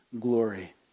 glory